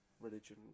Religion